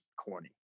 corny